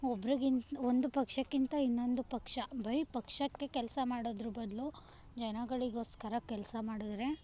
ಒಬ್ರಿಗಿಂತ ಒಂದು ಪಕ್ಷಕ್ಕಿಂತ ಇನ್ನೊಂದು ಪಕ್ಷ ಬರೀ ಪಕ್ಷಕ್ಕೆ ಕೆಲಸ ಮಾಡೋದ್ರ ಬದಲು ಜನಗಳಿಗೋಸ್ಕರ ಕೆಲಸ ಮಾಡಿದ್ರೆ